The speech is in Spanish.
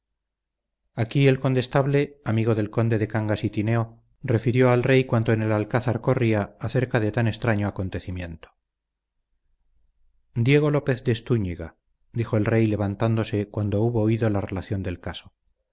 aquí el condestable amigo del conde de cangas y tineo refirió al rey cuanto en el alcázar corría acerca de tan extraño acontecimiento diego lópez de stúñiga dijo el rey levantándose cuando hubo oído la relación del caso el